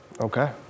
Okay